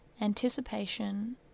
Anticipation